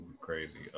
crazy